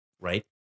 right